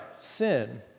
sin